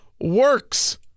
works